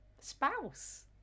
spouse